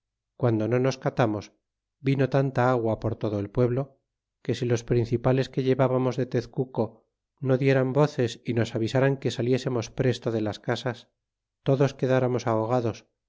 guando no nos catamos vino tanta agua por todo el pueblo que si los principales que llevábamos de tezcuco no dieran voces y nos avisaran que saliésemos presto de las casas todos quedáramos ahogados